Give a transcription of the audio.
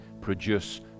produce